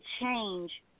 change